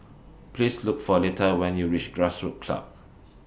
Please Look For Lethia when YOU REACH Grassroots Club